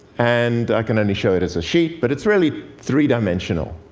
and i can only show it as a sheet, but it's really three-dimensional.